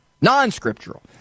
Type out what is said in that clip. Non-scriptural